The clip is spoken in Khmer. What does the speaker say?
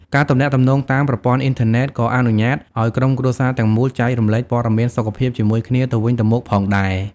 ការទំនាក់ទំនងតាមប្រព័ន្ធអ៊ីនធើណេតក៏អនុញ្ញាតិឱ្យក្រុមគ្រួសារទាំងមូលចែករំលែកព័ត៌មានសុខភាពជាមួយគ្នាទៅវិញទៅមកផងដែរ។